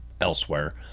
elsewhere